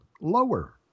lower